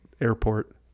airport